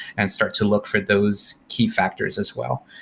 and start to look for those key factors as well.